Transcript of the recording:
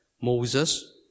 Moses